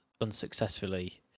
unsuccessfully